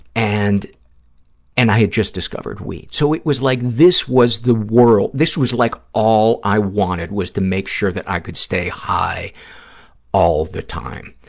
and and i had just discovered weed, so it was like, this was the world, this was like all i wanted, was to make sure that i could stay high all the time.